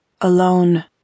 alone